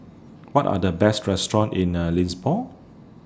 What Are The Best Restaurant in The Lisbon